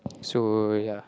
so ya